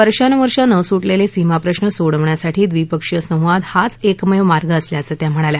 वर्षानुवर्ष न सुटलेले सीमा प्रश्न सोडवण्यासाठी द्विपक्षीय संवाद हाच एकमेव मार्ग असल्याचं त्या म्हणाल्या